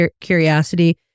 curiosity